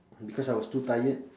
because I was too tired